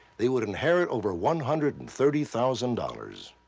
they would inherit over one hundred and thirty thousand dollars.